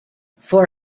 for